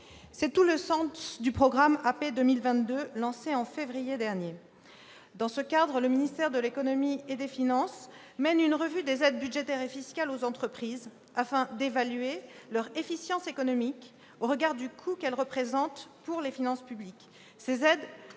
C'est tout le sens du programme Action publique 2022, lancé en février dernier. Dans ce cadre, le ministère de l'économie et des finances mène une revue des aides budgétaires et fiscales aux entreprises, afin d'évaluer leur efficience économique au regard du coût qu'elles représentent pour les finances publiques. Ces aides